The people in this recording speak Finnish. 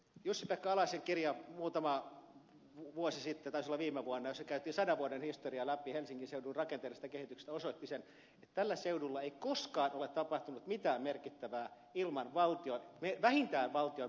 jussi pekka alasen kirja muutama vuosi sitten taisi olla viime vuonna jossa käytiin sadan vuoden historia läpi helsingin seudun rakenteellisesta kehityksestä osoitti sen että tällä seudulla ei koskaan ole tapahtunut mitään merkittävää ilman vähintään valtion merkittävää painetta